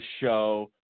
show